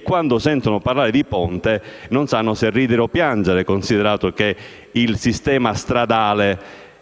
quali, quando sentono parlare di ponte, non sanno se ridere o piangere, considerato che il sistema stradale